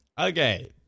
Okay